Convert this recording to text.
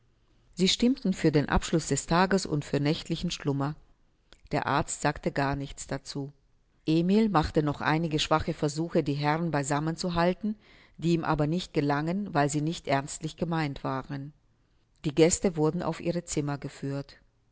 sie stimmten für abschluß des tages und für nächtlichen schlummer der arzt sagte gar nichts dazu emil machte noch einige schwache versuche die herren beisammen zu halten die ihm aber nicht gelangen weil sie nicht ernstlich gemeint waren die gäste wurden auf ihre zimmer geführt